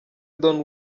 don